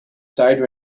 side